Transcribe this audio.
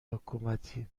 حکومتی